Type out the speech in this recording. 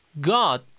God